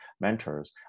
mentors